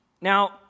Now